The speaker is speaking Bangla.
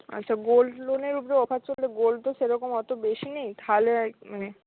আচ্ছা গোল্ড লোনের উপরে অফার চললে গোল্ড তো সেরকম অতো বেশি নেই তাহলে মানে